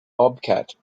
bobcat